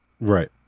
Right